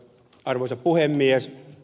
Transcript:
arvoisa puhemies